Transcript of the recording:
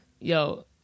Yo